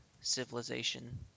civilization